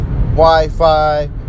Wi-Fi